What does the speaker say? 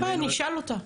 אין בעיה, אני אשאל אותה.